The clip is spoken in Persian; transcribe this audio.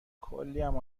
کلیم